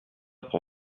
pour